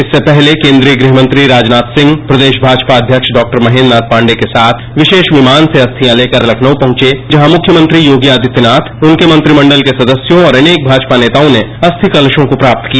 इससे पहले केन्द्रीय गृहमंत्री राजनाथ सिंह प्रदेश भाजपा अध्यक्ष डॉ महेन्द्र नाथ पांडे के साथ विरोष विमान से अस्थियां लेकर लखनऊ पहुंचे जहां मुख्यमंत्री योग आदित्यनाथ उनके मंत्रिमंडल के सदस्यों और अनेक भाजपा नेताओं ने अस्थि कलशों को प्राप्त किया